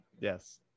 Yes